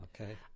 Okay